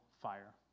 fire